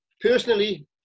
personally